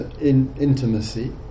intimacy